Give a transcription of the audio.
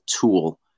tool